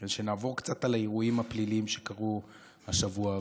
כדי שנעבור קצת על האירועים הפליליים שקרו השבוע,